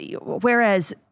whereas